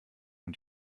und